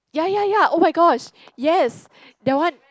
ya ya ya !oh my gosh! yes that one